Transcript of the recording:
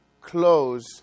close